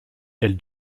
elle